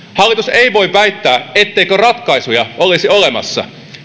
hallitus ei voi väittää etteikö ratkaisuja olisi olemassa